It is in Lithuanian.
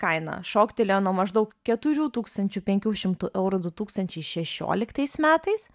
kaina šoktelėjo nuo maždaug keturių tūkstančių penkių šimtų eurų du tūkstančiai šešioliktais metais